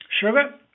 Sugar